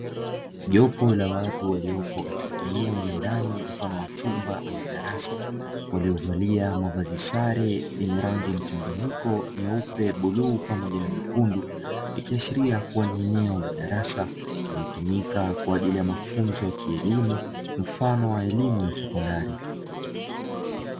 Jopo la watu waliopo katika eneo la ndani mfano wa chumba ama darasa, waliovalia mavazi sare, yenye rangi mchanganyiko nyeupe, bluu pamoja na nyekundu, ikiashiria kuwa ni eneo la darasa linalotumika kwa ajili ya mafunzo ya kielimu, mfano wa elimu ya sekondari.